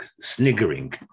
sniggering